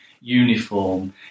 uniform